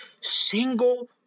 single